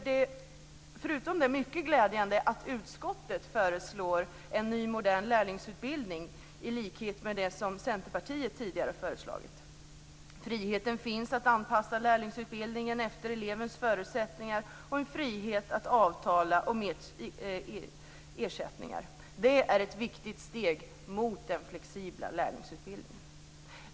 Det är mycket glädjande att utskottet föreslår en ny modern lärlingsutbildning, i likhet med vad Centerpartiet tidigare har föreslagit. Friheten finns att anpassa lärlingsutbildningen efter elevens förutsättningar. Denna frihet liksom friheten att avtala om ersättningar utgör ett viktigt steg mot en flexibel lärlingsutbildning.